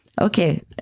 Okay